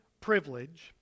privilege